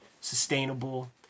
sustainable